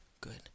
good